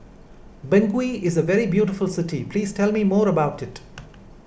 Bangui is a very beautiful city please tell me more about it